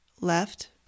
left